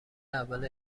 اول